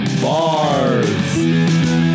bars